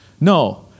No